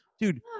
dude